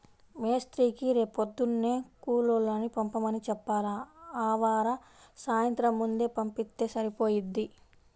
మేస్త్రీకి రేపొద్దున్నే కూలోళ్ళని పంపమని చెప్పాల, ఆవార సాయంత్రం ముందే పంపిత్తే సరిపోయిద్ది